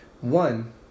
One